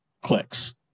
clicks